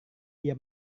dia